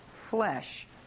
flesh